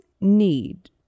need